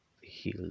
heal